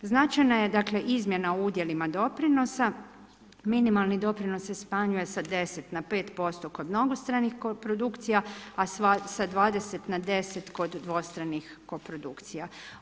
Značajna je izmjena u udjelima doprinosa, minimalni doprinos se smanjuje sa 10 na 5% kod mnogostranih produkcija, a sa 20 na 10 kod dvostranih koprodukcija.